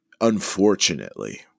unfortunately